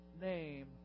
name